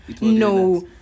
No